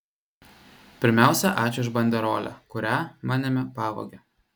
pirmiausia ačiū už banderolę kurią manėme pavogė